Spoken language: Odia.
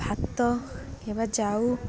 ଭାତ ହେବା ଯାଉ